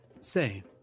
Say